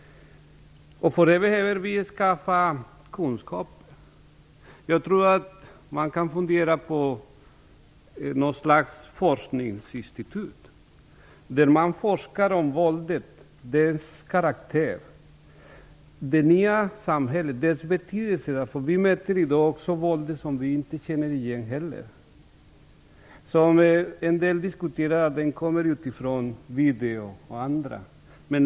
För det behöver vi kunskap. Man kan fundera på något slags forskningsinstitut där man forskar om våldet och dess karaktär. Vi möter i dag ett våld som vi inte känner igen. Vi diskuterar om det kommer från videofilmer o.dyl.